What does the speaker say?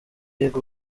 yiga